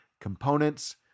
components